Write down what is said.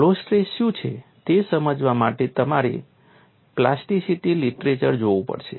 flow stress શું છે તે સમજવા માટે તમારે પ્લાસ્ટિસિટી લિટરેચર જોવું પડશે